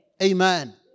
Amen